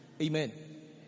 Amen